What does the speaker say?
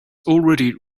already